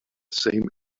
same